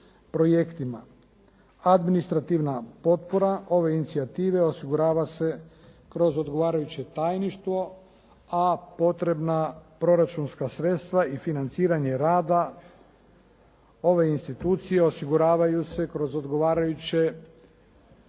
Administrativna potpora ove inicijative osigurava se kroz odgovarajuće tajništvo a potrebna proračunska sredstva i financiranje rada ove institucije osiguravaju se kroz osiguravajuće